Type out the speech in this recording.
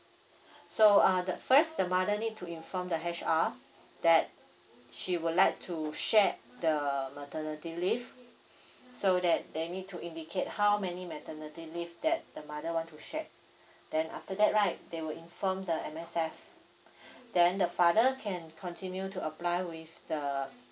so uh the first the mother need to inform the H_R that she would like to share the maternity leave so that they need to indicate how many maternity leave that the mother want to share then after that right they will inform the M_S_F then the father can continue to apply with the